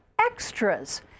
extras